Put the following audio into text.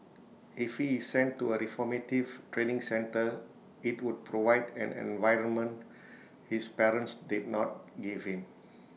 if he is sent to A reformative training centre IT would provide an environment his parents did not give him